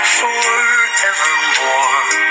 forevermore